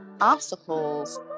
obstacles